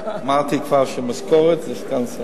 אמרתי כבר שהמשכורת היא של סגן שר.